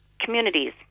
communities